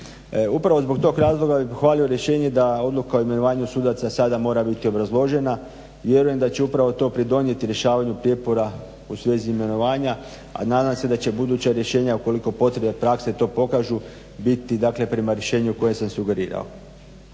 Upravo zbog tog razloga bih pohvalio rješenje da odluka o imenovanju sudaca sada mora biti obrazložena. Vjerujem da će upravo to pridonijeti rješavanju prijepora u svezi imenovanja, a nadam se da će buduća rješenja ukoliko potvrde prakse to pokažu biti prema rješenju koje sam sugerirao.